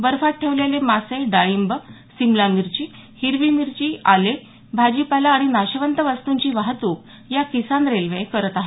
बर्फात ठेवलेले मासे डाळिंब सिमला मिर्ची हिरवी मिरची आले भाजीपाला आणि नाशवंत वस्तूंची वाहतूक या किसान रेल्वे करत आहेत